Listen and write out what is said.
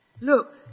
Look